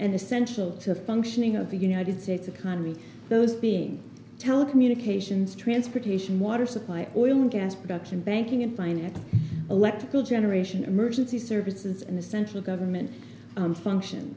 and essential to the functioning of the united states economy those being telecommunications transportation water supply oil and gas production banking and finance electrical generation emergency services and the central government function